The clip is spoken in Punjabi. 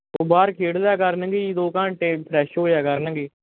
ਓਹ ਬਾਹਰ ਖੇਡ ਲਿਆ ਕਰਨਗੇ ਜੀ ਦੋ ਘੰਟੇ ਫਰੈਸ਼ ਹੋਇਆ ਕਰਨਗੇ